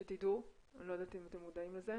שתדעו, אני לא יודעת אם אתם מודעים לזה.